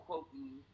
quoting